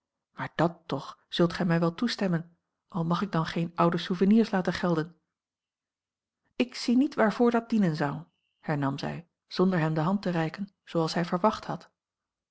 maar dàt toch zult gij mij wel toestemmen al mag ik dan geen oude souvenirs laten gelden ik zie niet waarvoor dat dienen zou hernam zij zonder hem de hand te reiken zooals hij verwacht had